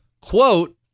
quote